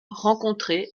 rencontré